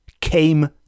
came